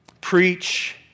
Preach